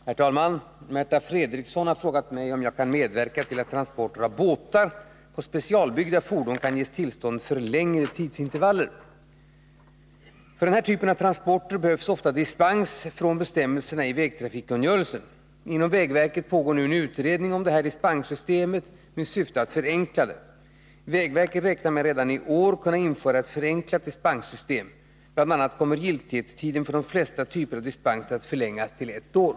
Herr talman! Märta Fredrikson har frågat mig om jag kan medverka till att transporter av båtar på specialbyggda fordon kan ges tillstånd för längre tidsintervaller. För den här typen av transporter behövs ofta dispens från bestämmelserna i vägtrafikkungörelsen. Inom vägverket pågår en utredning om det här dispenssystemet med syfte att förenkla det. Vägverket räknar med att redan i år kunna införa ett förenklat dispenssystem. Bl. a. kommer giltighetstiden för de flesta typer av dispenser att förlängas till ett år.